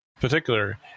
particular